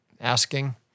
asking